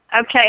Okay